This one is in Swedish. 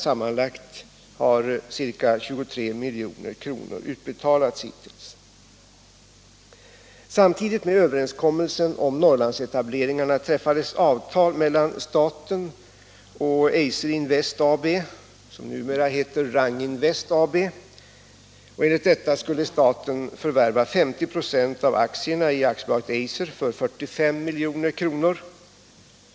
Sammanlagt har ca 23 milj.kr. hittills utbetalts. Samtidigt med överenskommelsen om Norrlandsetableringarna träffades avtal mellan staten och Eiser Invest AB, som numera heter Rang Invest AB, enligt vilken staten skulle förvärva 50 96 av aktierna i AB Eiser för 45 milj.kr.